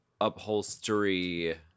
upholstery